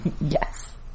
Yes